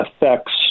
affects